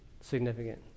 significant